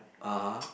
(uh huh)